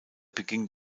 beging